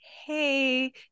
Hey